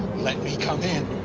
let me come in.